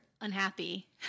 unhappy